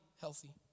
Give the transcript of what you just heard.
healthy